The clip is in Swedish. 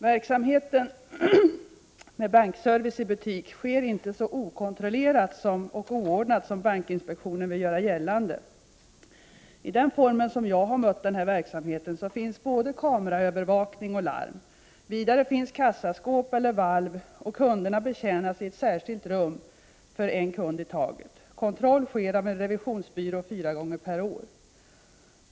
Verksamheten med bankservice i butiken sker inte så okontrollerat och oordnat som bankinspektionen vill göra gällande. I den form som jag har mött den här verksamheten finns både kameraövervakning och larm. Vidare finns kassaskåp eller valv, och kunderna betjänas i ett särskilt rum för en kund i taget. Kontroll sker av en revisionsbyrå fyra gånger per år.